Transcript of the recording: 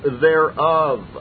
thereof